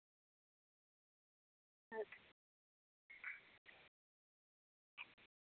अच्छा